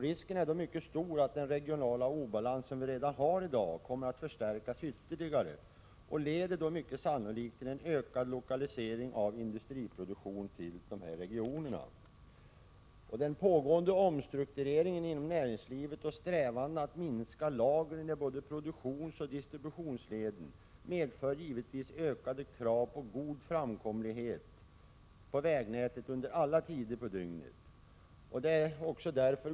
Risken är då mycket stor att den regionala obalans vi redan har kommer att förstärkas ytterligare. Detta leder sannolikt till en ökad lokalisering av industriproduktion till de södra regionerna. Den pågående omstruktureringen inom näringslivet och strävandena att minska lagren inom både produktionsoch distributionsleden medför givetvis ökade krav på god framkomlighet på vägnätet under alla tider på dygnet.